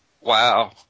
wow